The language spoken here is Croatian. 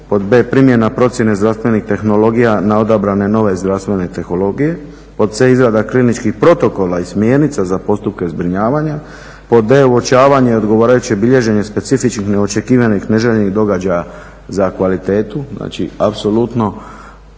pod b) primjena procjene zdravstvenih tehnologija na odabrane nove zdravstvene tehnologije, pod c) izrada kliničkih protokola i smjernica za postupke zbrinjavanja, pod d) uočavanje i odgovarajuće bilježene specifičnih i neočekivanih neželjenih događaja za kvalitetu, znači apsolutno